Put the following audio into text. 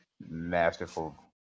masterful